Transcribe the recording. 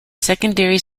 secondary